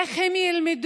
איך הם ילמדו,